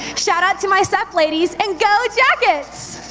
shout-out to my sep ladies and go jackets!